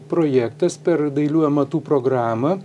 projektas per dailiųjų amatų programą